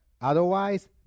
Otherwise